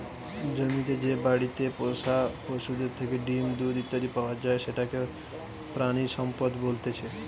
জমিতে যে বাড়িতে পোষা পশুদের থেকে ডিম, দুধ ইত্যাদি পাওয়া যায় সেটাকে প্রাণিসম্পদ বলতেছে